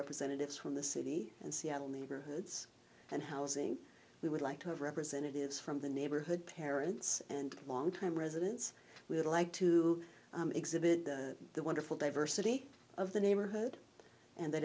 representatives from the city and seattle neighborhoods and housing we would like to have representatives from the neighborhood parents and longtime residents we would like to exhibit the wonderful diversity of the neighborhood and the